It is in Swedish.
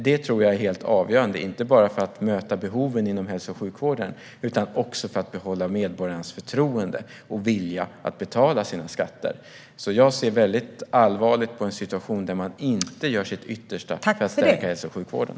Det är helt avgörande, inte bara för att möta behoven inom hälso och sjukvården utan också för att behålla medborgarnas förtroende och vilja att betala sina skatter. Jag ser väldigt allvarligt på en situation där man inte gör sitt yttersta för att stärka hälso och sjukvården.